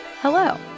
Hello